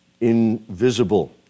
invisible